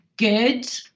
good